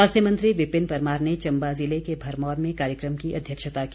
स्वास्थ्य मंत्री विपिन परमार ने चम्बा ज़िले के भरमौर में कार्यक्रम की अध्यक्षता की